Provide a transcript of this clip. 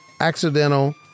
accidental